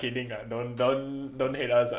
kidding ah don't don't don't hate us ah